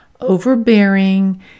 overbearing